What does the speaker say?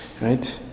Right